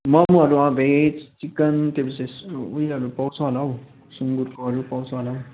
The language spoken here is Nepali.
मोमोहरू भेज चिकन त्यो पिछे उयोहरू पाउँछ होला हौ सुँगुरकोहरू पाउँछ होला